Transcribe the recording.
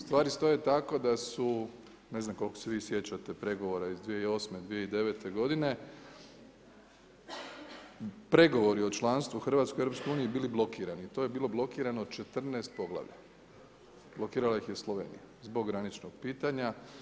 Stvari stoje tako da su, ne znam koliko se vi sjećate pregovora iz 2008., 2009. godine, pregovori o članstvu Hrvatske u Europskoj uniji bili blokirani i to je bilo blokirano 14 poglavlja, blokirala ih je Slovenija zbog graničnog pitanja.